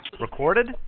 Recorded